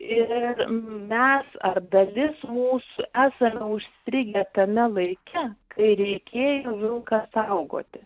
ir mes arba dalis mūsų esame užstrigę tame laike kai reikėjo vilką saugoti